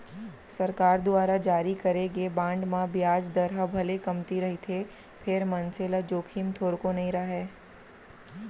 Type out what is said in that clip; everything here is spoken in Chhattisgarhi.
सरकार दुवार जारी करे गे बांड म बियाज दर ह भले कमती रहिथे फेर मनसे ल जोखिम थोरको नइ राहय